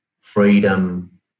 freedom